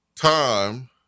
time